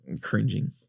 cringing